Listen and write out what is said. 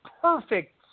perfect